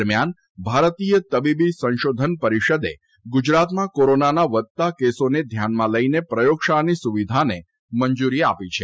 દરમ્યાન ભારતીય તબીબી સંશોધન પરિષદે ગુજરાતમાં કોરોનાના વધતા કેસોને ધ્યાનમાં લઇને પ્રયોગશાળાની સુવિધાને મંજૂરી આપી છે